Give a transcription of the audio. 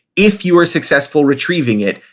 if you are successful retrieving it,